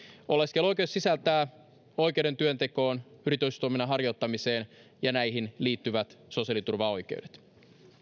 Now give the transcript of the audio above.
oleskeluoikeus sisältää oikeuden työntekoon yritystoiminnan harjoittamiseen ja näihin liittyvät sosiaaliturvaoikeudet